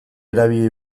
erabili